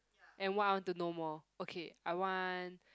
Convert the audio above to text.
and what I want to know more okay I want